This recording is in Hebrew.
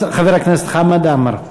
חבר הכנסת חמד עמאר.